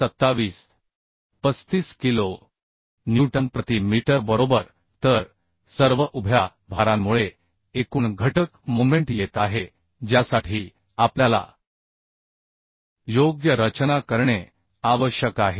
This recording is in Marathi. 35 किलो न्यूटन प्रति मीटर बरोबर तर सर्व उभ्या भारांमुळे एकूण घटक मोमेंट येत आहे ज्यासाठी आपल्याला योग्य रचना करणे आवश्यक आहे